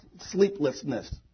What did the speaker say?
sleeplessness